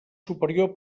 superior